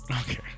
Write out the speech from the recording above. Okay